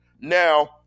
Now